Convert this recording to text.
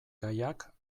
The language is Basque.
gaiak